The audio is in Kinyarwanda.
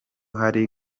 hari